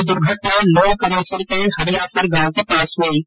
ये दुर्घटना लुणकरणसर के हरियासर गांव के पास हुई